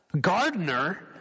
gardener